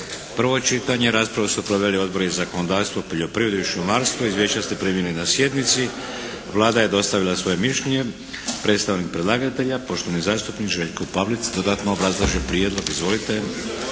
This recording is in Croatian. P.Z. br. 683 Raspravu su proveli Odbori za zakonodavstvo, poljoprivredu i šumarstvo. Izvješća ste primili na sjednici. Vlada je dostavila svoje mišljenje. Predstavnik predlagatelja, poštovani zastupnik Željko Pavlic dodatno obrazlaže Prijedlog. Izvolite.